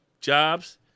jobs